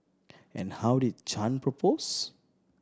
and how did Chan propose